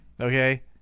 Okay